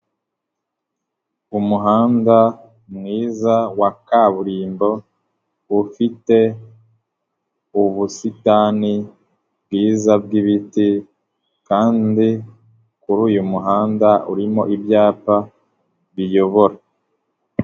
Umuhanda mwiza wa kaburimbo, ufite ubusitani bwiza bw'ibiti kandi kuri uyu muhanda urimo ibyapa biyobora.